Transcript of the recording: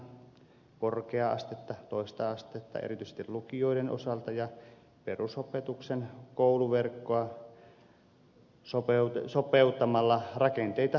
korkeaa astetta toista astetta erityisesti lukioiden osalta ja perusopetuksen kouluverkkoa sopeuttamalla rakenteita kehitetään